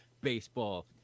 baseball